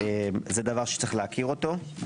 זה דבר שיש להכיר אותו.